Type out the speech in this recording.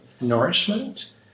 nourishment